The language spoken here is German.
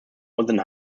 unserem